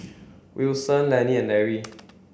Wilson Lennie and Lary